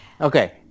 Okay